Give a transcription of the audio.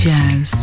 Jazz